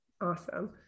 Awesome